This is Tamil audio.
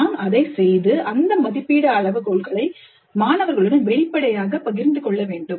நாம் அதைச் செய்து அந்த மதிப்பீட்டு அளவுகோல்களை மாணவர்களுடன் வெளிப்படையாகப் பகிர்ந்து கொள்ள வேண்டும்